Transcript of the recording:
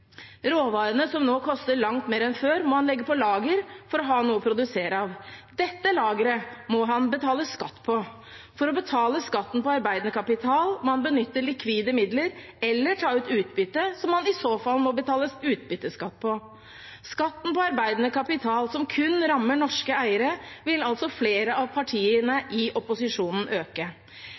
Råvarene, som nå koster langt mer enn før, må han legge på lager for å ha noe å produsere av. Dette lageret må han betale skatt på. For å betale skatten på arbeidende kapital må han benytte likvide midler eller ta ut utbytte, som han i så fall må betale utbytteskatt på. Skatten på arbeidende kapital, som kun rammer norske eiere, vil flere av partiene i opposisjonen øke.